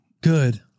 Good